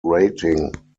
rating